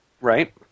Right